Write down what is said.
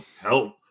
Help